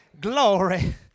Glory